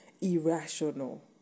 Irrational